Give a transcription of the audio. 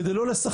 כדי לא לסכסך,